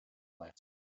lights